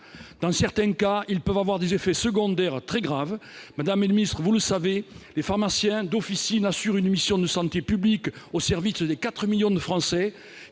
Dans certains cas, ils peuvent avoir des effets secondaires très graves. Les pharmaciens d'officine assurent une mission de santé publique au service des 4 millions de Français